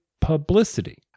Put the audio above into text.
publicity